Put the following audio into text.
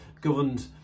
governed